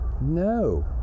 No